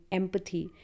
empathy